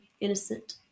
innocent